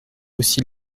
aussi